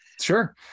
Sure